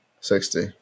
Sixty